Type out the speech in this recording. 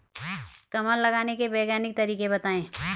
कमल लगाने के वैज्ञानिक तरीके बताएं?